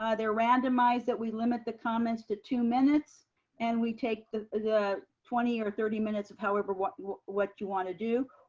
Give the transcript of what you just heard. ah they're randomized that we limit the comments to two minutes and we take the the twenty or thirty minutes of however what you what you wanna do,